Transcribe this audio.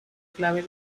clave